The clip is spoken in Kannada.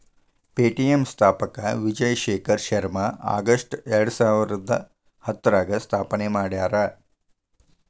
ಪೆ.ಟಿ.ಎಂ ಸ್ಥಾಪಕ ವಿಜಯ್ ಶೇಖರ್ ಶರ್ಮಾ ಆಗಸ್ಟ್ ಎರಡಸಾವಿರದ ಹತ್ತರಾಗ ಸ್ಥಾಪನೆ ಮಾಡ್ಯಾರ